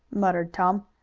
muttered tom.